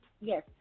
Yes